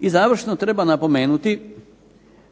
I završno treba napomenuti